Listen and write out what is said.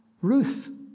Ruth